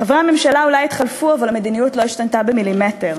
חברי הממשלה אולי התחלפו אבל המדיניות לא השתנתה במילימטר.